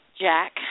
Jack